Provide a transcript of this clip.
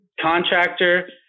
contractor